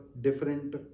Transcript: different